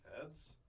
Heads